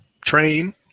train